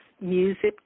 music